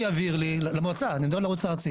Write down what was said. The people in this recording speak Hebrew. אני מדבר על המועצה הארצית.